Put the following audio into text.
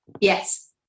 yes